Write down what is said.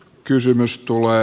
kysymys tulee